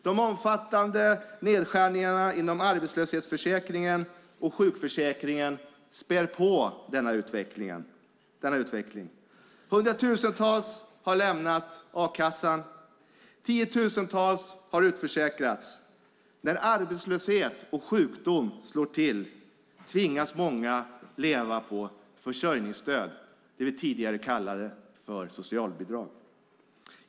De omfattande nedskärningarna inom arbetslöshetsförsäkringen och sjukförsäkringen spär på denna utveckling. Hundratusentals människor har lämnat a-kassan, och tiotusentals människor har utförsäkrats. När arbetslöshet och sjukdom slår till tvingas många leva på försörjningsstöd - det vi tidigare kallade för socialbidrag.